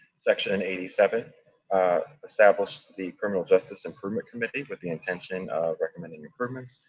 section eighty seven establishes the criminal justice improvement committee with the intention of recommending improvements,